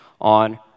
on